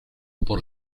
por